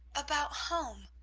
about home!